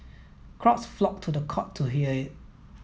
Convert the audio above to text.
crowds flocked to the court to hear it